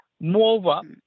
Moreover